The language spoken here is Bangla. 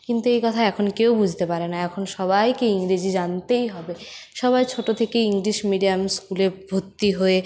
কিন্তু এই কথা এখন কেউ বুঝতে পারে না এখন সবাইকেই ইংরেজি জানতেই হবে সবাই ছোটো থেকেই ইংলিশ মিডিয়াম স্কুলে ভর্তি হয়ে